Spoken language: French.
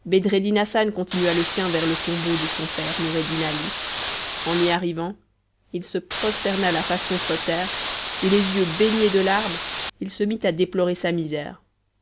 hassan continua le sien vers le tombeau de son père noureddin ali en y arrivant il se prosterna la face contre terre et les yeux baignés de larmes il se mit à déplorer sa misère